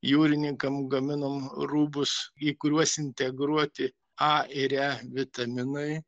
jūrininkam gaminom rūbus į kuriuos integruoti a ir e vitaminai